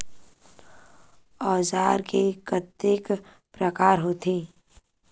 औजार के कतेक प्रकार होथे?